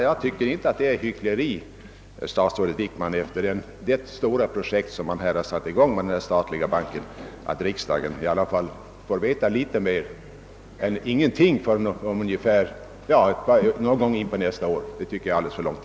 Jag tycker inte att det är hyckleri att begära: att riksdagen får veta litet mer om detta stora bankprojekt.